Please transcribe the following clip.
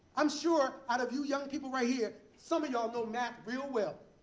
i'm sure out of you young people right here, some of y'all know math real well,